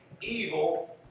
evil